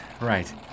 right